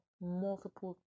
multiple